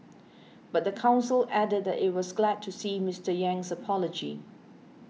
but the council added that it was glad to see Mister Yang's apology